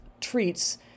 treats